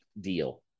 deal